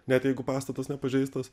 net jeigu pastatas nepažeistas